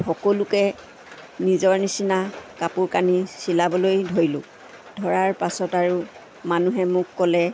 সকলোকে নিজৰ নিচিনা কাপোৰ কানি চিলাবলৈ ধৰিলোঁ ধৰাৰ পাছত আৰু মানুহে মোক ক'লে